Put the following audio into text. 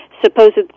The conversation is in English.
supposed